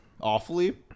awfully